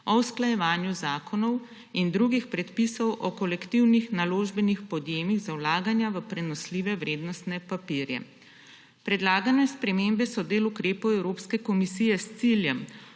o usklajevanju zakonov in drugih predpisov o kolektivnih naložbenih podjemih za vlaganja v prenosljive vrednostne papirje. Predlagane spremembe so del ukrepov Evropske komisije s ciljem